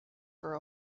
for